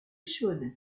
chaude